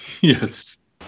Yes